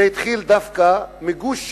זה התחיל דווקא מ"גוש שלום",